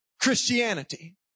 Christianity